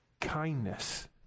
kindness